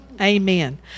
Amen